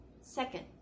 second